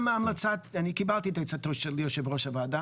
גם אני קיבלתי את עצתו של יושב ראש הוועדה,